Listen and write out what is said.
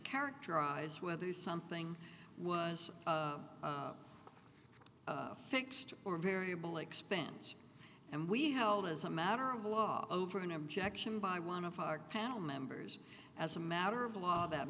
characterize whether something was fixed or variable expands and we held as a matter of law over an objection by one of our panel members as a matter of law that